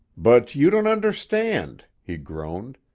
but you don't understand! he groaned.